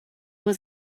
was